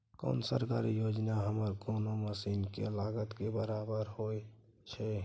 कोन सरकारी योजना हमरा कोनो मसीन के लागत के बराबर होय छै?